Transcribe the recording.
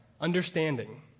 understanding